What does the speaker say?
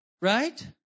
Right